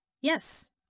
Yes